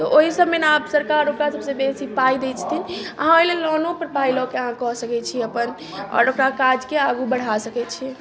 तऽ ओहि सभमे ने सरकार ओकरा सभसँ बेसी पाइ दैत छथिन अहाँ ओहि लेल लोनोपर पाइ लऽ कऽ अहाँ कऽ सकैत छी अपन आओर ओकरा काजके आगू बढ़ा सकैत छी